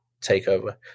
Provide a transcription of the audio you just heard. takeover